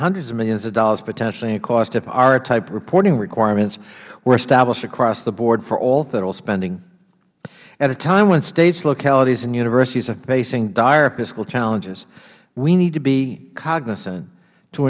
hundreds of millions of dollars potentially in cost if arra type reporting requirements were established across the board for all federal spending at a time when states localities and universities are facing dire fiscal challenges we need to be cognizant to